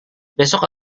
besok